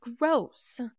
gross